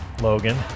Logan